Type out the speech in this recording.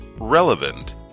Relevant